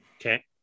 Okay